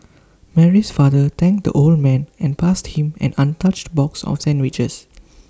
Mary's father thanked the old man and passed him an untouched box of sandwiches